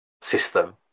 system